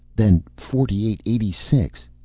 then forty eight eighty six.